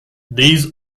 these